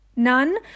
None